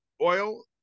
oil